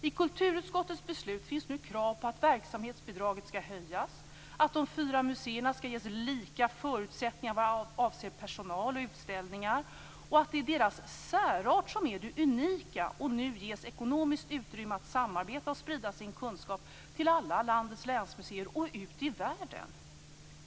I kulturutskottets förslag finns nu krav på att verksamhetsbidraget skall höjas och att de fyra museerna skall ges lika förutsättningar vad avser personal och utställningar. Det är museernas särart som är det unika och nu ges ekonomiskt utrymme att samarbeta och sprida sin kunskap till alla landets länsmuseer och ut i världen.